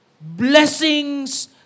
Blessings